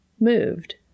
moved